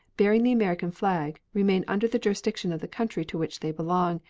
bearing the american flag, remain under the jurisdiction of the country to which they belong,